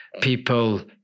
people